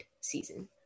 season